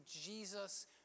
Jesus